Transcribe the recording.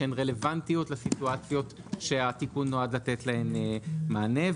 שהן רלוונטיות לסיטואציות שהתיקון נועד לתת להן מענה.